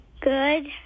Good